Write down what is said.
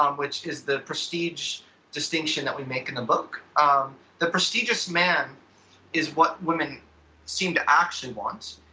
um which is the prestige distinction that we make in the book. um the prestigious man is what women seem to actually want.